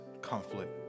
conflict